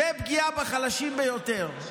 זאת פגיעה בחלשים ביותר.